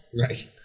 Right